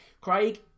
Craig